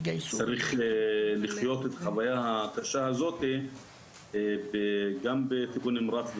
שצריך לחיות את החוויה הקשה הזאת גם בטיפול נמרץ ברמב"ם,